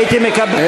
תתחיל את הדקה,